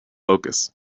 locusts